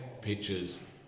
pictures